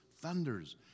thunders